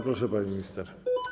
Proszę, pani minister.